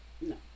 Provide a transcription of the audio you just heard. No